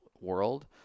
world